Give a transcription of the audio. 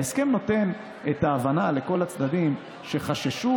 ההסכם נותן את ההבנה לכל הצדדים שחששו